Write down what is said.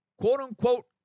quote-unquote